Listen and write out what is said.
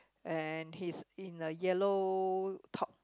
and he is in a yellow top